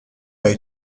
est